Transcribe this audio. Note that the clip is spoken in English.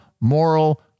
moral